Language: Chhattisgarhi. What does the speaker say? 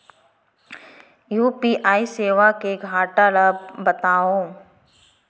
यू.पी.आई सेवा के घाटा ल बतावव?